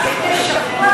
רק לפני שבוע